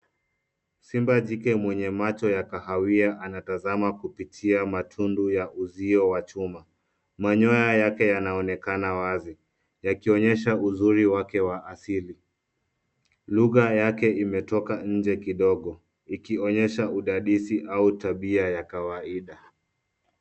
Simba jike mwenye macho ya kahawia, anatazama kupitia matundu ya uzio wa chuma. Manyoya yake yanaonekana wazi, yakionyesha uzuri wake wa asili. Lugha yake imetoka nje kidogo ikionyesha udadisi au tabia ya kawaida.